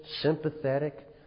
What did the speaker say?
sympathetic